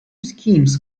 schemes